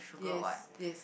yes yes